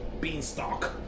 beanstalk